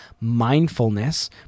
mindfulness